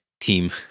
team